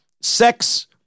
sex